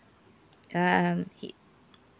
um he